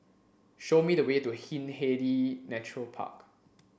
show me the way to Hindhede Nature Park